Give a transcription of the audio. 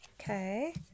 okay